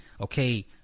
okay